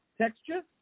texture